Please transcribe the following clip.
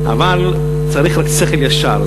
אבל צריך רק שכל ישר,